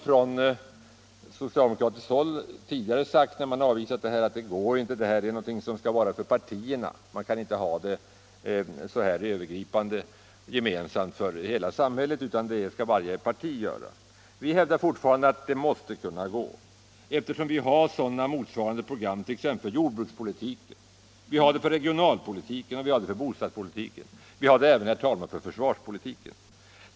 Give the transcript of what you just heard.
Från socialdemokratiskt håll har man när man tidigare avvisat denna tanke sagt, att detta inte är möjligt och att det skulle vara en partiangelägenhet. Programmet kan inte ha en gemensam övergripande karaktär utan varje parti måste utforma sitt eget program säger socialdemokraterna. Vi hävdar fortfarande att det måste vara möjligt att åstadkomma ett gemensamt program, eftersom det finns motsvarande program för t.ex. jordbrukspolitiken, regionalpolitiken och bostadspolitiken. Vi har det även, herr talman, för försvarspolitiken.